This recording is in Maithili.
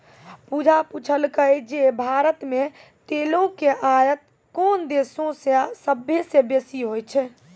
पूजा पुछलकै जे भारत मे तेलो के आयात कोन देशो से सभ्भे से बेसी होय छै?